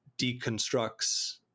deconstructs